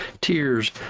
tears